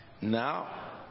Now